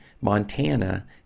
Montana